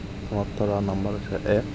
মনত থকা নাম্বাৰ হৈছে এক